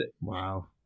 Wow